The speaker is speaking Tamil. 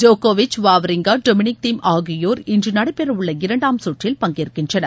ஜோக்கோவிக் வாவ்ரிங்கா டொமினிக் தீம் ஆகியோர் இன்று நடைபெறவுள்ள இரண்டாம் கற்றில் பங்கேற்கின்றனர்